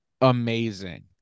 amazing